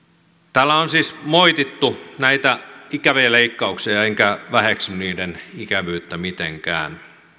täällä on siis moitittu näitä ikäviä leikkauksia enkä väheksy niiden ikävyyttä mitenkään